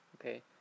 Okay